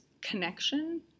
connection